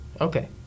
Okay